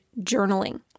journaling